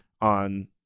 on